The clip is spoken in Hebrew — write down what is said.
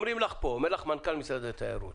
אומר לך מנכ"ל משרד התיירות